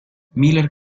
miller